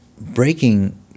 breaking